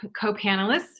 co-panelists